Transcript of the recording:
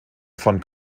von